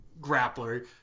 grappler